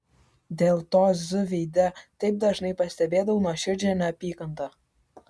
dėl to z veide taip dažnai pastebėdavau nuoširdžią neapykantą